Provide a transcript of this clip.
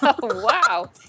Wow